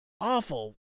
Awful